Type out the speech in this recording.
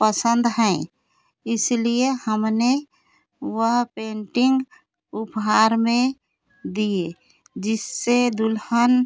पसंद हैं इसलिए हमने वह पेंटिंग उपहार में दिए जिससे दुल्हन